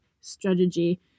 strategy